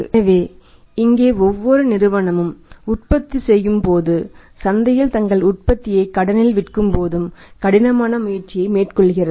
எனவே இங்கே ஒவ்வொரு நிறுவனமும் உற்பத்தி செய்யும் போது சந்தையில் தங்கள் உற்பத்தியை கடனில் விற்கும்போது கடினமான முயற்சியை மேற்கொள்கிறது